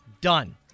Done